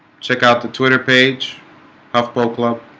check out the twitter page huffpo club